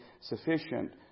Sufficient